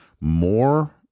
more